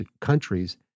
countries